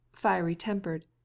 fiery-tempered